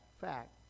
fact